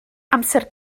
amser